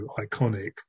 iconic